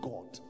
God